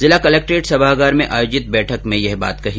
जिला कलेक्ट्रेट सभागार में आयोजित बैठक में यह बात कही